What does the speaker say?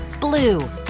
blue